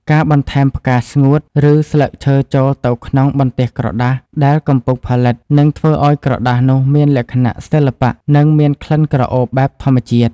ការបន្ថែមផ្កាស្ងួត ឬ ស្លឹកឈើចូលទៅក្នុងបន្ទះក្រដាសដែលកំពុងផលិត នឹងធ្វើឱ្យក្រដាសនោះមានលក្ខណៈសិល្បៈ និង មានក្លិនក្រអូបបែបធម្មជាតិ។